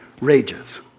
rages